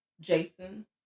Jason